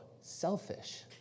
selfish